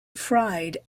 fried